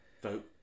vote